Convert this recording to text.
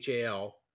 HAL